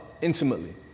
intimately